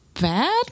bad